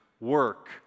work